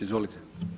Izvolite.